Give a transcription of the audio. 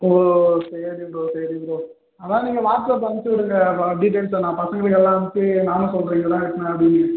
ஓ சரி ப்ரோ சேரி ப்ரோ அதுதான் நீங்கள் வாட்ஸப்பில் அனுப்ச்சு விடுங்க ப டீட்டைல்ஸை நான் பசங்களுக்கெல்லாம் அனுப்பிச்சு நானும் சொல்கிறேன் இங்கே தான் வெட்டினேன் அப்படின்னு